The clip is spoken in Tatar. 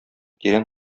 тирән